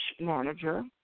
manager